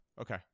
okay